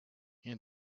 and